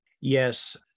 Yes